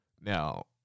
Now